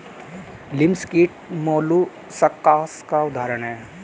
लिमस कीट मौलुसकास का उदाहरण है